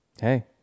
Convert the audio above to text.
Hey